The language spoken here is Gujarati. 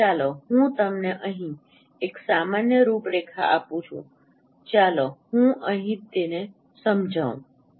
તેથી ચાલો હું તમને અહીં એક સામાન્ય રૂપરેખા આપું છું ચાલો હું અહીં તેને સમજાવું